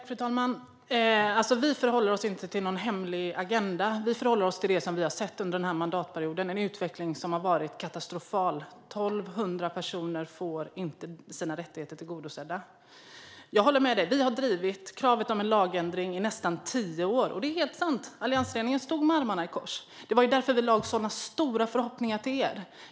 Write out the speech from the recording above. Fru talman! Vi förhåller oss inte till någon hemlig agenda, utan vi förhåller oss till det vi har sett under mandatperioden: en utveckling som har varit katastrofal, med 1 200 personer som inte får sina rättigheter tillgodosedda. Jag håller med dig, Mikael Dahlqvist - vi har drivit kravet på en lagändring i nästan tio år. Det är helt sant att alliansregeringen stod med armarna i kors. Det var därför vi satte så stora förhoppningar till er.